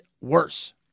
worse